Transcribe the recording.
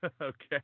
Okay